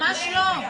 ממש לא.